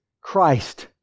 Christ